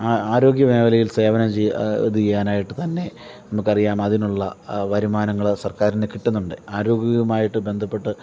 ആരോഗ്യമേഖലയിൽ സേവനം ഇത് ചെയ്യാനായിട്ട് തന്നെ നമുക്കറിയാം അതിനുള്ള വരുമാനങ്ങൾ സർക്കാരിന് കിട്ടുന്നുണ്ട് ആരോഗ്യവുമായിട്ട് ബന്ധപ്പെട്ട്